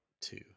Two